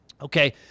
Okay